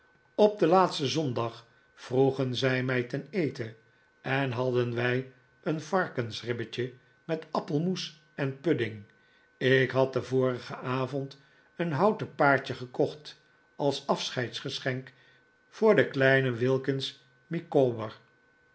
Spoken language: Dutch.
op den laatsten zondag vroegen zij mij ten eten en hadden wij een varkensribbetje met appelmoes en pudding ik had den vorigen avond een houten paardje gekocht als afscheidsgeschenk voor den kleinen wilkins micawber